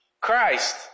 Christ